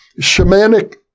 shamanic